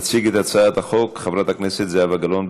תציג את הצעת החוק חברת הכנסת זהבה גלאון.